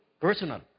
personal